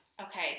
okay